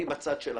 אני בצד שלכם,